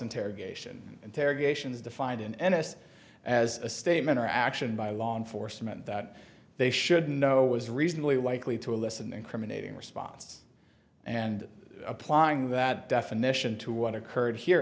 interrogation interrogation is defined in n s as a statement or action by law enforcement that they should know was reasonably likely to elicit an incriminating response and applying that definition to what occurred here